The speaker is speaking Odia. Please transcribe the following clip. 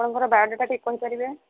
ଆପଣଙ୍କର ବାୟୋଡାଟା ଟିକେ କହିପାରିବେ